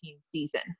season